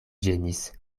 ĝemis